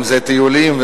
אם טיולים,